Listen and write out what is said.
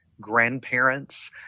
grandparents